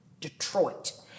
Detroit